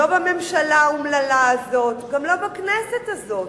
לא בממשלה האומללה הזאת, גם לא בכנסת הזאת.